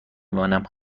مانم